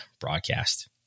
broadcast